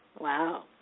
Wow